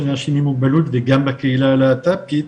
אנשים עם מוגבלות וגם בקהילה הלהט"בקית